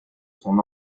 son